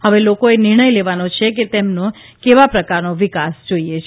હવે લોકોએ નિર્ણય લેવાનો છે કે તેમને કેવા પ્રકારનો વિકાસ જોઇએ છે